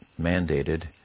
mandated